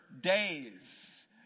days